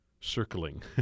Circling